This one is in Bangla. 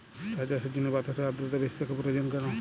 চা চাষের জন্য বাতাসে আর্দ্রতা বেশি থাকা প্রয়োজন কেন?